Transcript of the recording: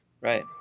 right